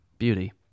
Beauty